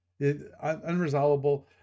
unresolvable